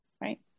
Right